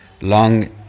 long